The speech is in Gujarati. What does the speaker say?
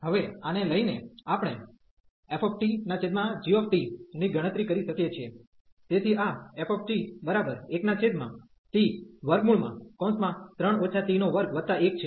હવે આને લઈ ને આપણે ftgt ની ગણતરી કરી શકીએ છીએ તેથી આ ft1t3 t21 છે